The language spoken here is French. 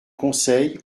conseil